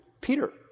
Peter